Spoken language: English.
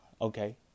Okay